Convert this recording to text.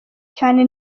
cyane